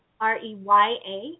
R-E-Y-A